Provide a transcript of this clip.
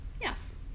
Yes